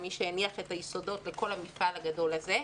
למי שהניח את היסודות לכל המפעל הגדול הזה.